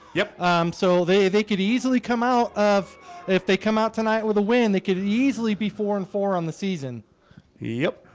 yep um so they they could easily come out of if they come out tonight with a win they could easily be four and four on the season yep